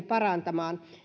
parantamaan